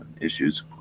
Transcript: issues